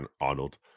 Arnold